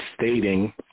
stating